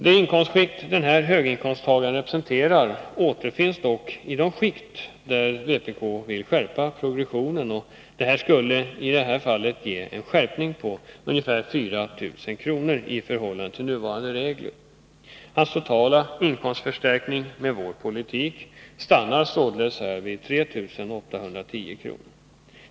Den inkomst denne höginkomsttagare representerar återfinns dock i de skikt där vpk vill skärpa progressionen, och detta skulle i det här fallet ge en skärpning på ca 4 000 kr. i förhållande till nuvarande regler. Hans totala inkomstförstärkning med vår politik stannar således vid 3 810 kr.